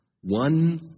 One